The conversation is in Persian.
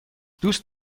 دوست